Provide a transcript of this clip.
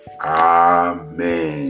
Amen